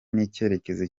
n’icyerekezo